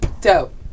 Dope